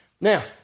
Now